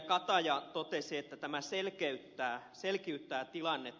kataja totesi että tämä selkiyttää tilannetta